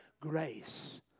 grace